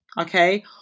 okay